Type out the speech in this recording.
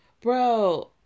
Bro